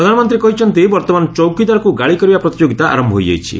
ପ୍ରଧାନମନ୍ତ୍ରୀ କହିଛନ୍ତି ବର୍ତ୍ତମାନ ଚୌକିଦାରକୁ ଗାଳି କରିବା ପ୍ରତିଯୋଗିତା ଆରମ୍ଭ ହୋଇଯାଇଛି